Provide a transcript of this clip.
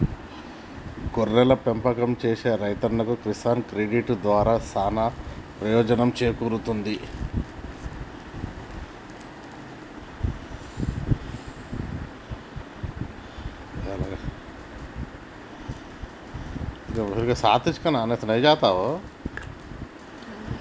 గొర్రెల పెంపకం సేసే రైతన్నలకు కిసాన్ క్రెడిట్ కార్డు దారా సానా పెయోజనం సేకూరుతుంది